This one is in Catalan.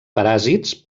paràsits